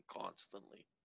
constantly